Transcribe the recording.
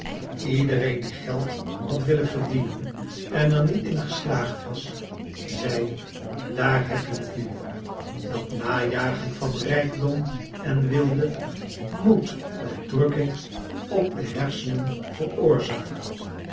iedereen die geld had willen verdienen en er niet in geslaagd was zei daar heb je t nu dat najagen van rijkdom en weelde moet wel drukking op de hersenen veroorzaken